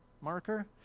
marker